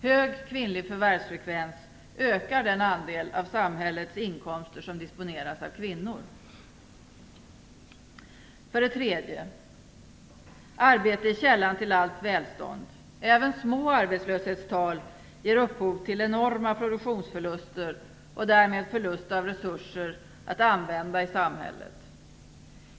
Hög kvinnlig förvärvsfrekvens ökar den andel av samhällets inkomster som disponeras av kvinnor. För det tredje: Arbete är källan till allt välstånd. Även små arbetslöshetstal ger upphov till enorma produktionsförluster och därmed förlust av resurser att använda i samhället.